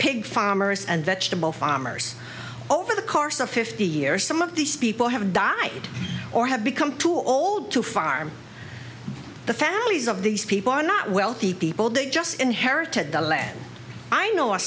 pig farmers and vegetable farmers over the course of fifty years some of these people have died or have become too old to farm the families of these people are not wealthy people they just inherited the land